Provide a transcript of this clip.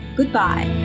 Goodbye